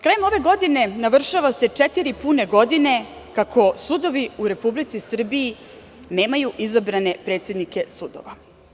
Krajem godine navršava se četiri pune godine kako sudovi u Republici Srbiji nemaju izabrane predsednice sudova.